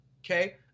okay